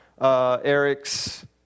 Eric's